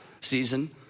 season